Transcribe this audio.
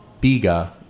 biga